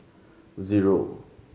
zero